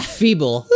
feeble